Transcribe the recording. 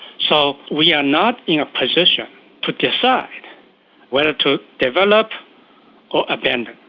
so we are not in a position to decide whether to develop or abandon,